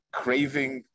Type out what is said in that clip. craving